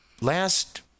last